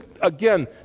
again